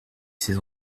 ces